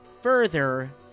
further